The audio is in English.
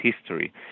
history